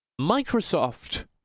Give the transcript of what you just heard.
Microsoft